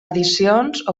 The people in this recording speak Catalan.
addicions